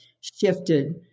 shifted